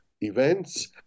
events